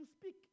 speak